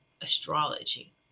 astrology